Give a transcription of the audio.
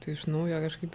tu iš naujo kažkaip